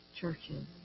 churches